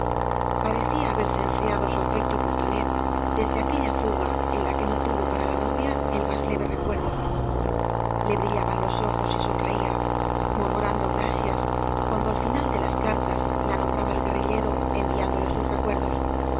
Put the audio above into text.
parecía haberse enfriado su afecto por tonet desde aquella fuga en la que no tuvo para la novia el más leve recuerdo le brillaban los ojos y sonreía murmurando grasies cuando al final de las cartas la nombraba el guerrillero enviándole sus recuerdos